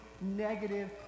negative